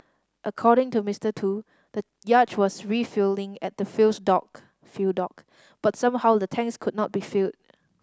according to Mister Tu the yacht was refuelling at the fuels dock fuel dock but somehow the tanks could not be filled